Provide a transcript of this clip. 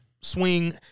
swing